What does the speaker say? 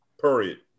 Period